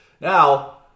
Now